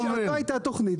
אבל עוד לא הייתה תוכנית,